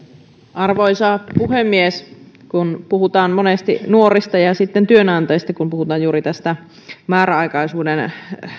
arvoisa puhemies kun puhutaan monesti nuorista ja ja sitten työnantajista kun puhutaan juuri tästä määräaikaisuuden